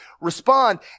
respond